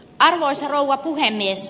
arvoisa rouva puhemies